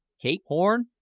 cape horn,